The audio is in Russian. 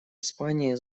испании